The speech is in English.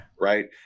Right